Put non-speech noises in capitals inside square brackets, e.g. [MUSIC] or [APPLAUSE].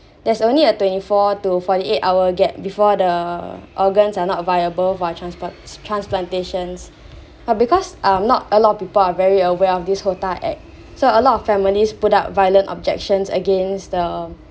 there's only a twenty four to forty eight hour gap before the organs are not viable for transplant~ transplantations [BREATH] but because are not a lot of people are very aware of this HOTA act so a lot of families put up violent objections against the